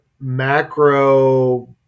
macro